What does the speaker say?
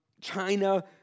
China